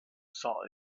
saw